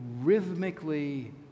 rhythmically